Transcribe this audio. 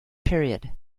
period